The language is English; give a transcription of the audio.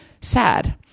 sad